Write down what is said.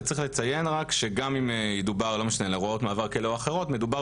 צריך לציין רק שגם אם ידובר על הוראות מעבר כאלה או אחרות מדובר